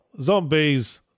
zombies